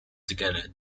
together